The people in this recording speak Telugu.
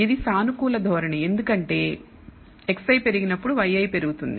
ఇది సానుకూల ధోరణి ఎందుకంటే xi పెరిగినప్పుడుyi పెరుగుతుంది